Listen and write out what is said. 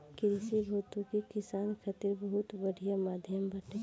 कृषि भौतिकी किसानन खातिर बहुत बढ़िया माध्यम बाटे